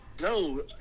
No